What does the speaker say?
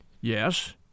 Yes